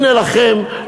הנה לכם,